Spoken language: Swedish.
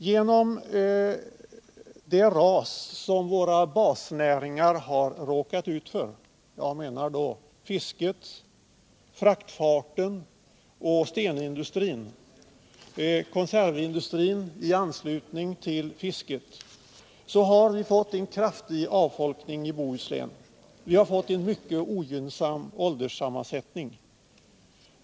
Genom det ras som våra basnäringar — fisket, fraktfarten, stenindustrin och konservindustrin i anslutning till fiske — råkat ut för har vi fått en kraftig avfolkning i Bohuslän. Vi har fått en mycket ogynnsam ålderssammansättning.